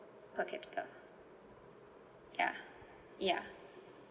per capita yeah yeah